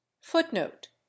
footnote